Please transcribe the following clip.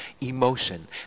emotion